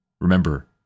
Remember